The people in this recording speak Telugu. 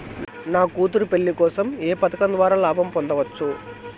నా కూతురు పెళ్లి కోసం ఏ పథకం ద్వారా లాభం పొందవచ్చు?